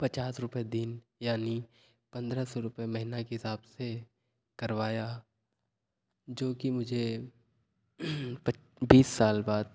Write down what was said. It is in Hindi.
पचास रूपये दिन यानी पंद्रह सौ रूपये महीना के हिसाब से करवाया जो कि मुझे पच बीस साल बाद